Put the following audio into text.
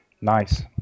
nice